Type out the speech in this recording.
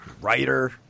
writer